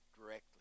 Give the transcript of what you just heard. directly